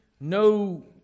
No